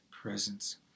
presence